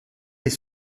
les